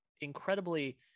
incredibly